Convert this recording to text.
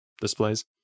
displays